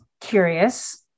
curious